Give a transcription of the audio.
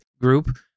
group